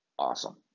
awesome